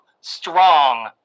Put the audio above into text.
strong